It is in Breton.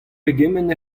pegement